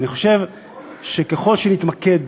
אני חושב שככל שנתמקד,